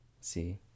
See